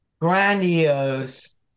grandiose